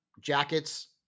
jackets